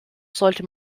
sollte